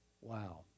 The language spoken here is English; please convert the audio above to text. Wow